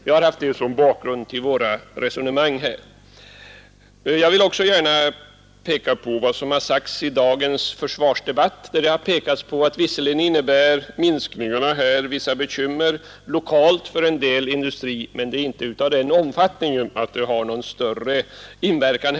Vi har haft det som bakgrund till våra resonemang. Jag vill också gärna peka på vad som sagts i dagens försvarsdebatt. Det har påpekats att visserligen innebär minskningarna vissa bekymmer lokalt för en del industrier, men de är inte av den omfattningen att de har någon större inverkan.